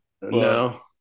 No